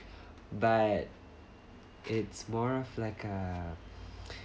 but it's more of like uh